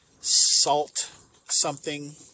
Salt-something